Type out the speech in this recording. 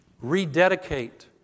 Rededicate